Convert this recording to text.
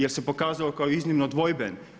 Jer se pokazao kao iznimno dvojben.